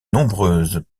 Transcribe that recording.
nombreuses